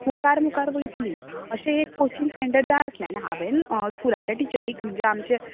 मुखार मुखार वयतली अशें एक कोचिंग सेंटर जाय असल्यानी हांवें स्कुलाचे टिचरीक म्हणजे आमचे